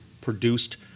produced